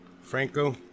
Franco